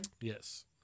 yes